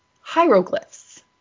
hieroglyphs